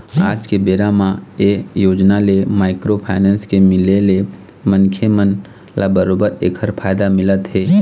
आज के बेरा म ये योजना ले माइक्रो फाइनेंस के मिले ले मनखे मन ल बरोबर ऐखर फायदा मिलत हे